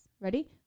Ready